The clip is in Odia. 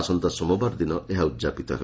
ଆସନ୍ତା ସୋମବାର ଦିନ ଏହା ଉଦ୍ଯାପିତ ହେବ